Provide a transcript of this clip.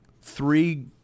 three